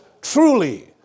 truly